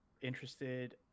interested